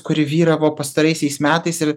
kuri vyravo pastaraisiais metais ir